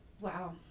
Wow